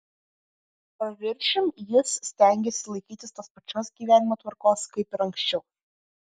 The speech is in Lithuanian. paviršium jis stengėsi laikytis tos pačios gyvenimo tvarkos kaip ir anksčiau